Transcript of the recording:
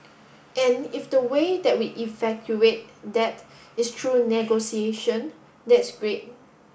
and if the way that we that is through negotiation that's great